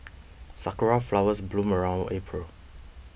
sakura flowers bloom around April